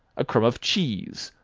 a crumb of cheese,